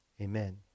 amen